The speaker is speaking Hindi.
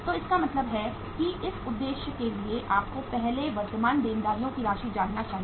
तो इसका मतलब है कि इस उद्देश्य के लिए आपको पहले वर्तमान देनदारियों की राशि जानना चाहिए